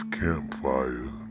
campfire